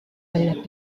valait